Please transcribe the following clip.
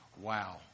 Wow